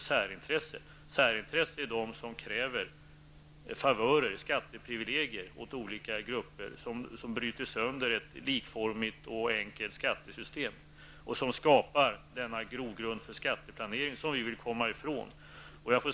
De som företräder ett särintresse är de som kräver favörer, skatteprivilegier, åt olika grupper som bryter sönder ett likformigt och enkelt skattesystem. De skapar denna grogrund för skatteplanering som vi vill komma ifrån.